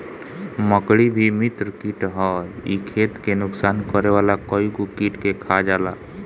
मकड़ी भी मित्र कीट हअ इ खेत के नुकसान करे वाला कइगो कीट के खा जाला